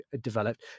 developed